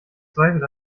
zweifelt